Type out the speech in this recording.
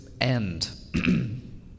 end